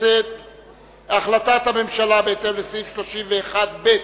החלטת הממשלה, בהתאם לסעיף 31(ב)